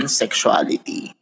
sexuality